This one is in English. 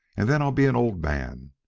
and then i'll be an old man.